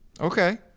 Okay